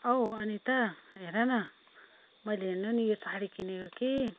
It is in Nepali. औ अनिता हेर न मैले हेर्नु नि यो साडी किनेको कि